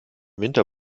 winter